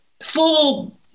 full